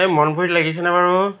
এই মনভৰিত লাগিছেনে বাৰু